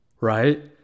Right